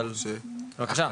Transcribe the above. בבקשה.